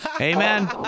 Amen